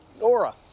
Nora